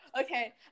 Okay